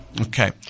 Okay